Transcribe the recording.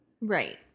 Right